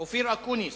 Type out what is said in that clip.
אופיר אקוניס.